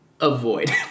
avoid